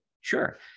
Sure